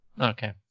Okay